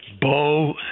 Bo